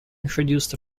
introduced